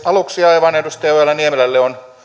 aluksi edustaja ojala niemelälle on